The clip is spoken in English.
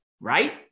right